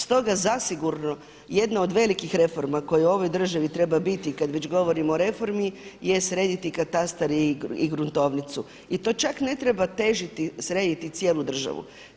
Stoga zasigurno jedna od velikih reforma koje u ovoj državi treba biti kada već govorimo o reformi je srediti katastar i gruntovnicu i to čak ne treba težiti srediti cijelu državu.